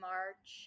March